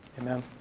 Amen